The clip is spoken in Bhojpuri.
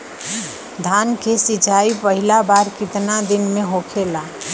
धान के सिचाई पहिला बार कितना दिन पे होखेला?